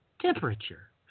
temperature